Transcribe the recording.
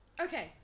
Okay